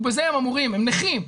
הם נכים,